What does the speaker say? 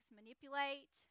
manipulate